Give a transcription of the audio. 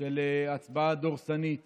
של הצבעה דורסנית